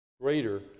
greater